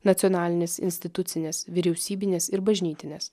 nacionalinės institucinės vyriausybinės ir bažnytinės